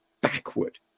backward